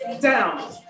down